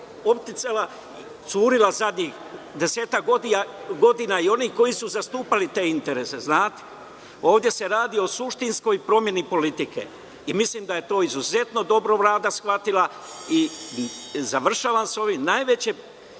oticala, curila zadnjih desetak godina i onih koji su zastupali te interese. Ovde se radi o suštinskoj promeni politike. Mislim da je to izuzetno dobro Vlada shvatila i najgori uspeh